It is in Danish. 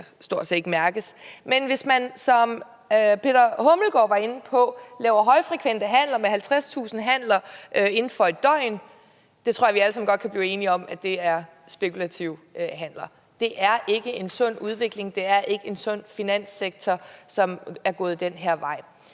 pct., jo stort set ikke kan mærkes, mens jeg, hvis man, som Peter Hummelgaard Thomsen var inde på, laver højfrekvente handler med 50.000 handler inden for et døgn, godt tror, vi alle sammen kan blive enige om, at det er spekulative handler. Det er ikke en sund udvikling, det er ikke en sund finanssektor, som er gået den vej.